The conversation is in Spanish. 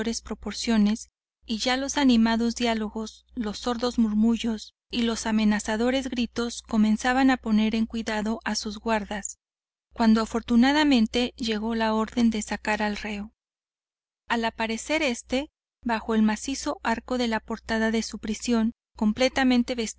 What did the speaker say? proporciones y ya los animados diálogos los sordos murmullos y los amenazadores gritos comenzaban a poner en cuidado a sus guardas cuando afortunadamente llegó la orden de sacar al reo al aparecer éste bajo el macizo arco de la portada de su prisión completamente